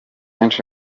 kenshi